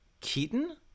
Keaton